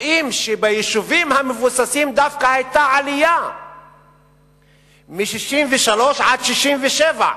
רואים שביישובים המבוססים דווקא היתה עלייה מ-63% ל-67%.